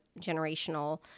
generational